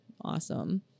awesome